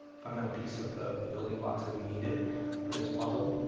fundamental piece of the the building blocks that we needed for this puzzle.